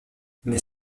mais